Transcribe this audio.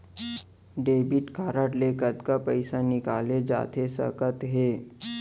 Debit card ले कतका पइसा निकाले जाथे सकत हे?